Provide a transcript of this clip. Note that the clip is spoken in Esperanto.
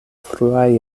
fruaj